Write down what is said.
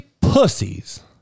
pussies